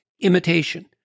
imitation